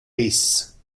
ris